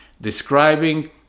describing